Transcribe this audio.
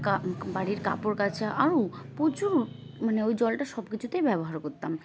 বাড়ির কাপড় কাচা আরও প্রচুর মানে ওই জলটা সব কিছুতেই ব্যবহার করতাম